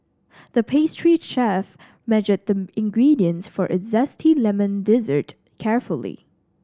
the pastry chef measured the ingredients for a zesty lemon dessert carefully